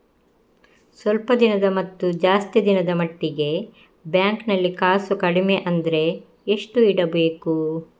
ಸ್ವಲ್ಪ ದಿನದ ಮತ್ತು ಜಾಸ್ತಿ ದಿನದ ಮಟ್ಟಿಗೆ ಬ್ಯಾಂಕ್ ನಲ್ಲಿ ಕಾಸು ಕಡಿಮೆ ಅಂದ್ರೆ ಎಷ್ಟು ಇಡಬೇಕು?